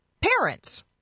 parents